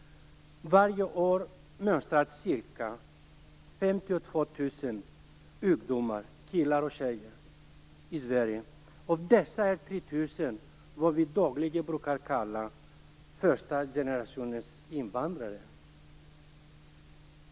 Varje år mönstrar ca 52 000 ungdomar, killar och tjejer, i Sverige. Av dessa är 3 000 vad vi dagligen brukar kalla första generationens invandrare.